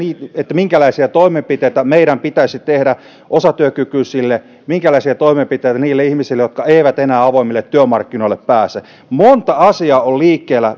minkälaisia toimenpiteitä meidän pitäisi tehdä osatyökykyisille minkälaisia toimenpiteitä niille ihmisille jotka eivät enää avoimille työmarkkinoille pääse monta asiaa on liikkeellä